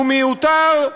הוא מיותר,